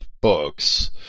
books